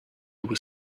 was